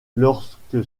lorsque